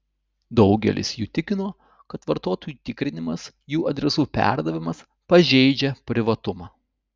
daugelis jų tikino kad vartotojų tikrinimas jų adresų perdavimas pažeidžia privatumą